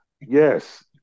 yes